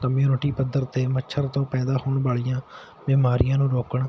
community ਪੱਧਰ 'ਤੇ ਮੱਛਰ ਤੋਂ ਪੈਦਾ ਹੋਣ ਵਾਲੀਆਂ ਬਿਮਾਰੀਆਂ ਨੂੰ ਰੋਕਣ